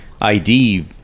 ID